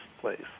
place